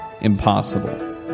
impossible